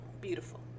Beautiful